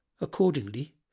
Accordingly